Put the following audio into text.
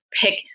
pick